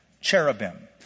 Cherubim